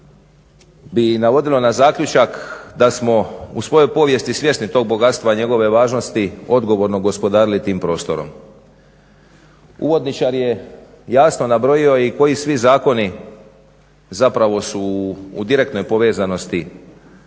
bi navodilo na zaključak da smo u svojoj povijesti svjesni tog bogatstva i njegove važnosti odgovorno gospodarili tim prostorom. Uvodničar je jasno nabrojio i koji svi zakoni zapravo su u direktnoj povezanosti